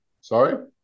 Sorry